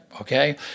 Okay